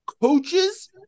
coaches